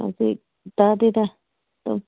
ꯍꯧꯖꯤꯛ ꯇꯥꯗꯦꯗ ꯑꯗꯨꯝ